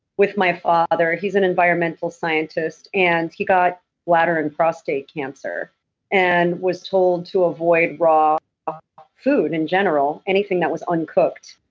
with my father. he's an environmental scientist. and he got bladder and prostate cancer and was told to avoid raw ah food in general, anything that was uncooked.